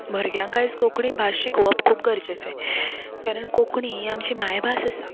भुरग्यांक आयज कोंकणी भास शिकोवप खूब गरजेचें कारण कोंकणी ही आमची मायभास आसा